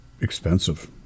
expensive